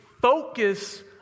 Focus